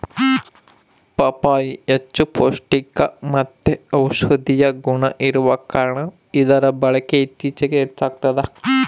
ಪಪ್ಪಾಯಿ ಹೆಚ್ಚು ಪೌಷ್ಟಿಕಮತ್ತೆ ಔಷದಿಯ ಗುಣ ಇರುವ ಕಾರಣ ಇದರ ಬಳಕೆ ಇತ್ತೀಚಿಗೆ ಹೆಚ್ಚಾಗ್ತದ